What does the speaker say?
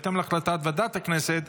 בהתאם להחלטת ועדת הכנסת,